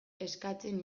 eskatzen